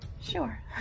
Sure